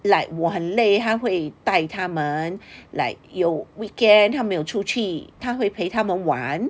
like 我很累他还会带他们 like 有 weekend 他不会出去他会陪他们玩